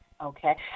Okay